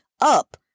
up